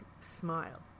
smile